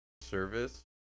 service